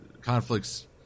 conflicts